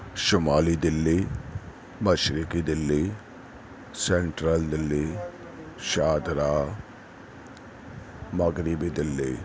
شمالی دلّی مشرقی دلّی سینٹرل دلّی شاہدرہ مغربی دلّی